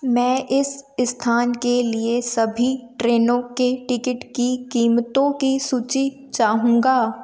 मैं इस स्थान के लिए सभी ट्रेनों के टिकेट की क़ीमतों की सूची चाहूँगा